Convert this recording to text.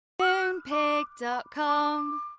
Moonpig.com